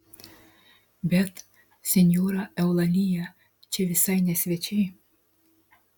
bet senjora eulalija čia visai ne svečiai